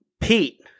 Pete